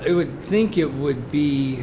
it would think it would be